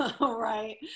right